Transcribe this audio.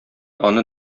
аны